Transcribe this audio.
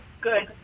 good